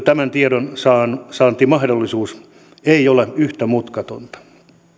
tämän tiedon saantimahdollisuus ei ole yhtä mutkatonta